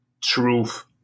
truth